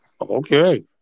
Okay